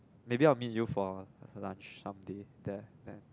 maybe I'll meet you for lunch someday there